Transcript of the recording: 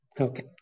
Okay